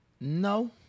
No